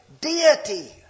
Deity